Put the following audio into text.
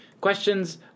questions